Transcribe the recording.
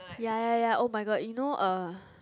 ya ya ya oh my god you know uh